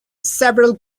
several